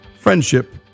friendship